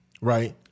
right